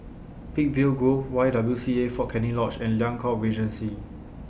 Peakville Grove Y W C A Fort Canning Lodge and Liang Court Regency